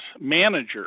manager –